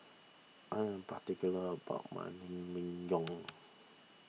I am particular about my Naengmyeon